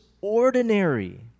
ordinary